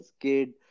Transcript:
kid